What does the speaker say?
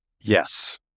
yes